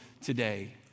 today